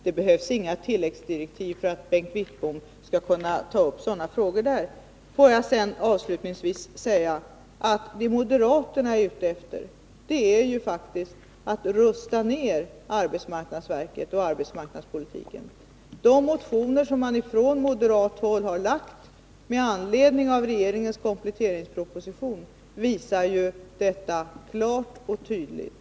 Det behövs inga tilläggsdirektiv för att Bengt Wittbom skall kunna ta upp sådana frågor där. Avslutningsvis vill jag säga att vad moderaterna är ute efter är faktiskt att rusta ned arbetsmarknadsverket och arbetsmarknadspolitiken. De motioner som man har väckt från moderat håll med anledning av regeringens kompletteringsproposition visar ju detta klart och tydligt.